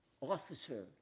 officer